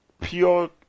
pure